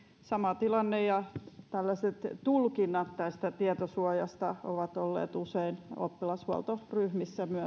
sama tilanne ja tällaiset tulkinnat tietosuojasta ovat olleet usein myös oppilashuoltoryhmissä